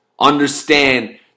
Understand